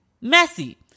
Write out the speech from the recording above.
messy